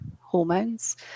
hormones